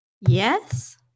Yes